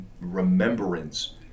remembrance